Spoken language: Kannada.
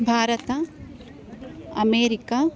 ಭಾರತ ಅಮೇರಿಕ